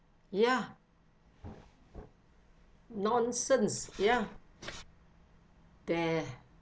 ya nonsense ya there